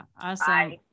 Awesome